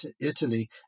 Italy